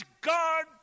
God